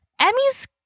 Emmy's